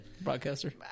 Broadcaster